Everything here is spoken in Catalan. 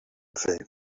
fer